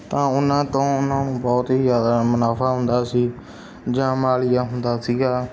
ਤਾਂ ਉਹਨਾਂ ਤੋਂ ਉਹਨਾਂ ਨੂੰ ਬਹੁਤ ਹੀ ਜ਼ਿਆਦਾ ਮੁਨਾਫਾ ਹੁੰਦਾ ਸੀ ਜਾਂ ਮਾਲੀਆ ਹੁੰਦਾ ਸੀਗਾ